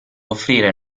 offrire